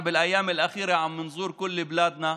בימים האחרונים אנו מבקרים בכל היישובים שלנו,